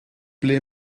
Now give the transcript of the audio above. ble